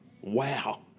Wow